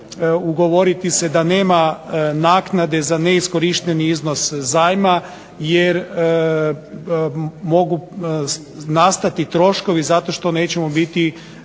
ugovoriti se da nema naknade za neiskorišteni iznos zajma, jer mogu nastati troškovi zato što nećemo biti